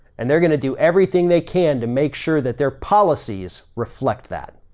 and they're going to do everything they can to make sure that their policies reflect that.